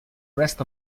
rest